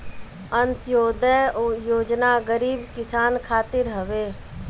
अन्त्योदय योजना गरीब किसान खातिर हवे